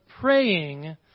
praying